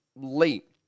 late